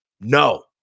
No